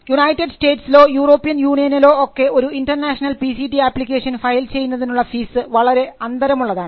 United സ്റ്റേറ്റ്സിലോ European യൂണിയനിലോ ഒക്കെ ഒരു ഇൻറർനാഷണൽ പിസിടി അപ്ലിക്കേഷൻ ഫയൽ ചെയ്യുന്നതിനുള്ള ഫീസ് വളരെ അന്തരമുള്ളതാണ്